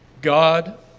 God